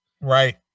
Right